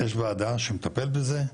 יש ועדה שמטפלת בזה,